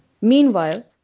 Meanwhile